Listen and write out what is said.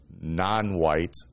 non-white